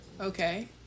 okay